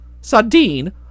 sardine